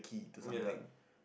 ya